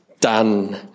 done